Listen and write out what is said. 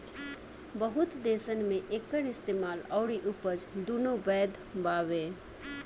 बहुत देसन मे एकर इस्तेमाल अउरी उपज दुनो बैध बावे